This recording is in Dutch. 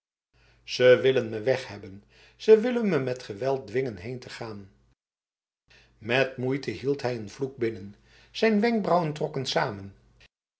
ze willen me weg hebben ze willen me met geweld dwingen heen te gaan met moeite hield hij een vloek binnen zijn wenkbrauwen trokken samen